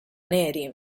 neri